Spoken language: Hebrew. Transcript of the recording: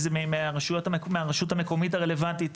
מהרשות המקומית הרלוונטית,